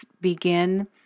begin